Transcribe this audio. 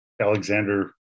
Alexander